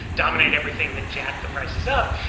dominate everything then jack the prices up,